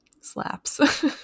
slaps